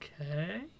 Okay